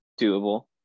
doable